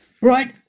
right